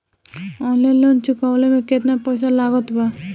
Online loan चुकवले मे केतना पईसा लागत बा?